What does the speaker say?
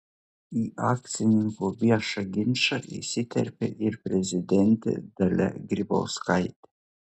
į akcininkų viešą ginčą įsiterpė ir prezidentė dalia grybauskaitė